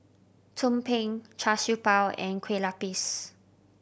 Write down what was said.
tumpeng Char Siew Bao and Kueh Lupis